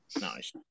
nice